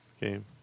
game